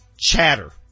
chatter